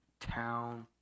town